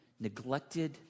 neglected